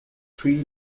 three